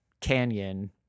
canyon